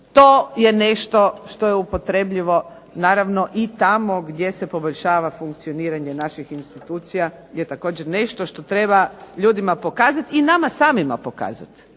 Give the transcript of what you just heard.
To je nešto što je upotrebljivo, naravno i tamo gdje se poboljšava funkcioniranje naših institucija je također nešto što treba ljudima pokazat i nama samima pokazat.